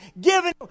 giving